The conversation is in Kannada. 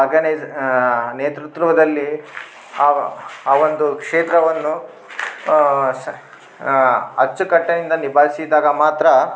ಆರ್ಗನೈಸ್ ನೇತೃತ್ವದಲ್ಲಿ ಆ ಒಂದು ಕ್ಷೇತ್ರವನ್ನು ಸ ಅಚ್ಚುಕಟ್ಟಾಗಿ ನಿಭಾಯಿಸಿದಾಗ ಮಾತ್ರ